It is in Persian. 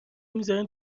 میزارن